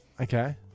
Okay